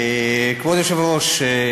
כבוד היושב-ראש,